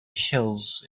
hills